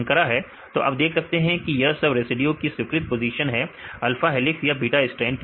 तो आप देख सकते हैं कि यह सब रेसिड्यू की स्वीकृत पोजीशन है अल्फा हेलिक्स या बीटा स्ट्रैंड के लिए